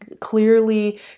clearly